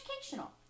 educational